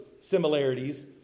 similarities